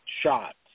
shots